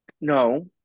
No